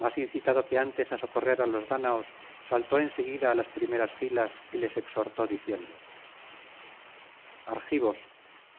más incitado que antes á socorrer á los dáñaos saltó en seguida á las primeras filas y les exhortó diciendo argivos